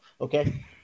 Okay